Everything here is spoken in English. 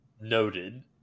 Noted